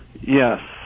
Yes